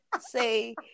say